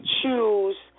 choose